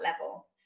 level